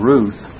Ruth